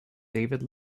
david